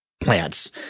plants